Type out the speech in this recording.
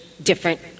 different